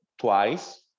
twice